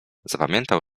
zapamiętał